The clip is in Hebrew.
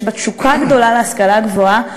יש בה תשוקה גדולה להשכלה גבוהה,